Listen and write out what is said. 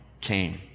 came